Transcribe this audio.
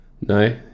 no